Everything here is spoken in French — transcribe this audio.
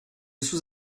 sous